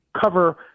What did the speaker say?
cover